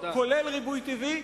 לרבות ריבוי טבעי,